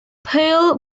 pearl